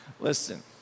listen